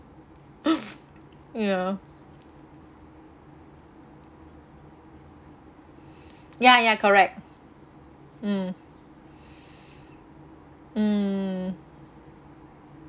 ya ya ya correct mm mm